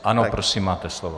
Ano, prosím máte slovo.